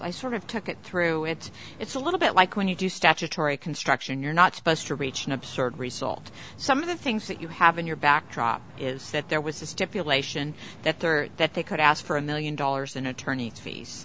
i sort of took it through it it's a little bit like when you do statutory construction you're not supposed to reach an absurd result some of the things that you have in your backdrop is that there was a stipulation that there that they could ask for a million dollars in attorney fees